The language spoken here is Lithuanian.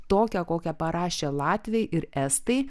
tokią kokią parašė latviai ir estai